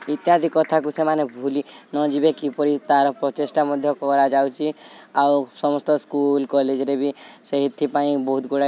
ଇତ୍ୟାଦି କଥାକୁ ସେମାନେ ଭୁଲି ନଯିବେ କିପରି ତାର ପ୍ରଚେଷ୍ଟା ମଧ୍ୟ କରାଯାଉଛି ଆଉ ସମସ୍ତ ସ୍କୁଲ କଲେଜରେ ବି ସେଇଥିପାଇଁ ବହୁତ ଗୁଡ଼ାଏ